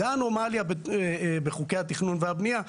זה אנומליה בחוקי התכונן והבנייה.